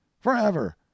forever